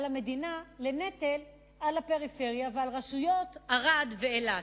המדינה לנטל על הפריפריה ועל רשויות ערד ואילת.